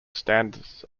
stands